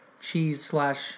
cheese-slash-